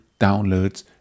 downloads